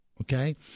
Okay